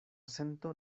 sento